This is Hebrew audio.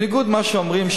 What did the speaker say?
בניגוד למה שאומרים,